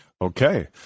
Okay